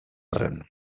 arren